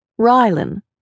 Rylan